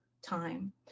time